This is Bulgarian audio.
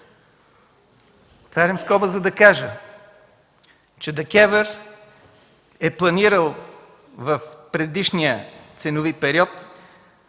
Отварям скоба, за да кажа, че ДКЕВР е планирала в предишния ценови период